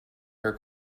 her